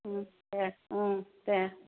दे दे